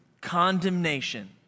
condemnation